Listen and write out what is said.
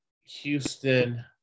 Houston